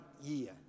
year